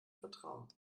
vertrauen